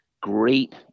great